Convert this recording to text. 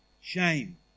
shame